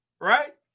right